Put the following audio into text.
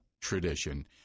tradition